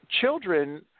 Children